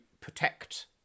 protect